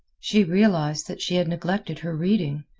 she realized that she had neglected her reading,